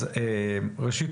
אז ראשית,